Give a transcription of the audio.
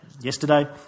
yesterday